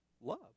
love